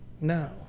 No